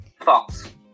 false